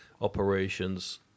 operations